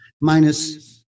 minus